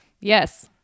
Yes